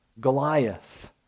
Goliath